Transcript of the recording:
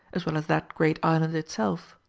as well as that great island itself.